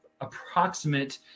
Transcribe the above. approximate